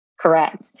Correct